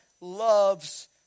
loves